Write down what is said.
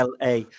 LA